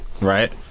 right